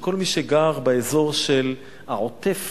שכל מי שגר באזור של העוטף